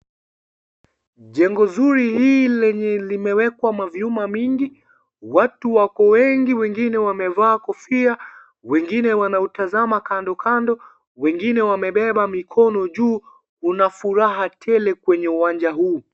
Jengo zuri hii lenye limewekwa mavyuma mingi, watu wako wengi wengine wamevaa kofia, wengine wanautazama kando kando, wengine wamebeba mikono juu, kuna furaha tele kwenye uwanja huu.